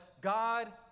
God